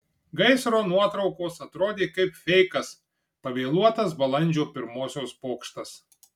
gaisro nuotraukos atrodė kaip feikas pavėluotas balandžio pirmosios pokštas